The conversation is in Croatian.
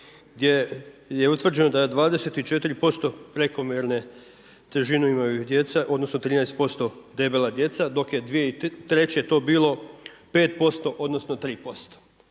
gdje je utvrđeno da je 24% prekomjerne težine imaju djeca odnosno 13% debela djeca, dok je 2003. to bilo 5% odnosno 3%